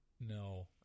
No